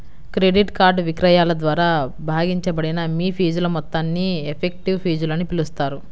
credit card విక్రయాల ద్వారా భాగించబడిన మీ ఫీజుల మొత్తాన్ని ఎఫెక్టివ్ ఫీజులని పిలుస్తారు